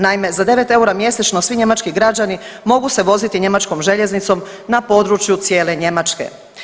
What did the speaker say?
Naime, za 9 eura mjesečno svi njemački građani mogu se voziti njemačkom željeznicom na području cijele Njemačke.